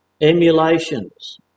emulations